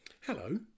Hello